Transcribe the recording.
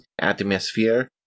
atmosphere